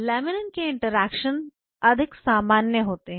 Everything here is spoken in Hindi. लैमिनिन के इंटरेक्शन अधिक सामान्य होते हैं